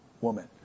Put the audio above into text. woman